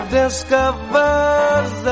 discovers